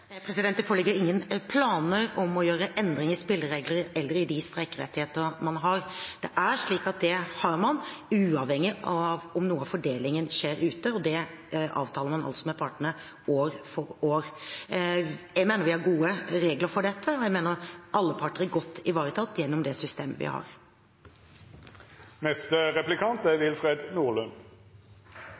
Det foreligger ingen planer om å gjøre endringer i spillereglene eller i de streikerettigheter man har. Det har man uavhengig av om noe av fordelingen skjer ute, og det avtaler man med partene år for år. Jeg mener vi har gode regler for dette, og jeg mener alle parter er godt ivaretatt gjennom det systemet vi har. Det er